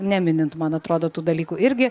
neminint man atrodo tų dalykų irgi